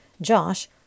Josh